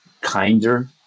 kinder